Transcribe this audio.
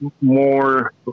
more